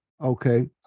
okay